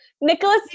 nicholas